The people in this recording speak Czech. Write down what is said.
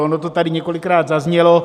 Ono to tady několikrát zaznělo.